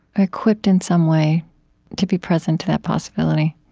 equipped in some way to be present to that possibility